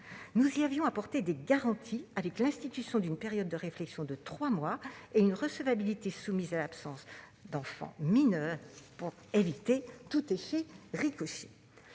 Nous y avions apporté des garanties au moyen de l'institution d'une période de réflexion de trois mois et d'une recevabilité soumise à l'absence d'enfants mineurs pour éviter tout effet de ricochet.